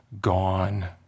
gone